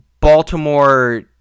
Baltimore